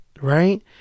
right